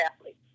athletes